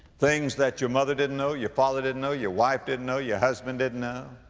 things that your mother didn't know your father didn't know your wife didn't know your husband didn't know